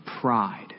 pride